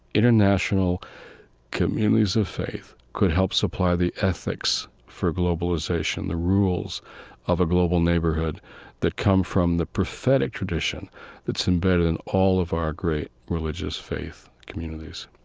international communities of faith could help supply the ethics for globalization, the rules of a global neighborhood that come from the prophetic tradition that's embedded in all of our great religious faith communities